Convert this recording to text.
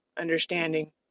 Understanding